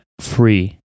free